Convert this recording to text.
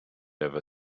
ever